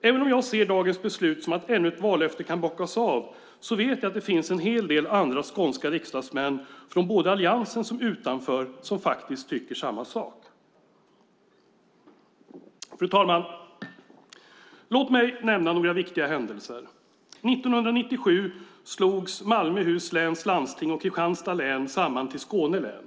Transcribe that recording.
Även om jag ser dagens beslut som att ännu ett vallöfte kan bockas av vet jag att det finns en hel del andra skånska riksdagsmän från både Alliansen och utanför som faktiskt tycker samma sak. Fru talman! Låt mig nämna några viktiga händelser. År 1997 slogs Malmöhus läns landsting och Kristianstads län samman till Skåne län.